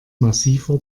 massiver